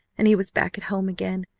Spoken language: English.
and he was back at home again,